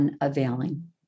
unavailing